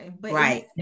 Right